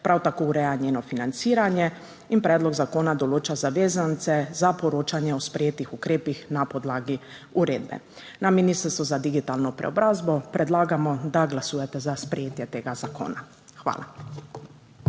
prav tako ureja njeno financiranje. Predlog zakona določa zavezance za poročanje o sprejetih ukrepih na podlagi uredbe. Na Ministrstvu za digitalno preobrazbo predlagamo, da glasujete za sprejetje tega zakona. Hvala.